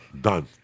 Done